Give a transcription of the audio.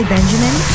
Benjamin